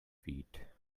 feet